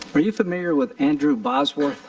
are you familiar with andrew boswell?